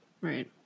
Right